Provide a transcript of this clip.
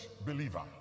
believer